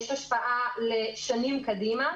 יש השפעה לשנים קדימה.